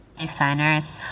designers